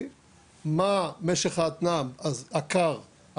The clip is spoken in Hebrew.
המשמעות היא שאת שתי היחידות האחרונות אני מסב בינואר 2024,